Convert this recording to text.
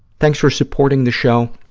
thanks for supporting the show.